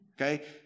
okay